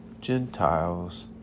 Gentiles